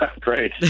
Great